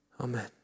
Amen